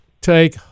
take